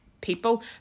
people